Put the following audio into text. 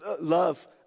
Love